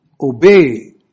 obey